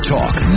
Talk